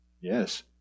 Yes